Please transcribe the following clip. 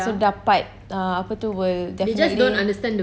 so dapat uh apa tu will definitely